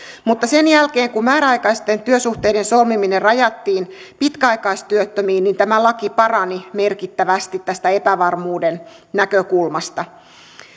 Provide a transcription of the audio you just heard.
mutta sen jälkeen kun määräaikaisten työsuhteiden solmiminen rajattiin pitkäaikaistyöttömiin tämä laki parani merkittävästi tästä epävarmuuden näkökulmasta